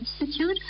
Institute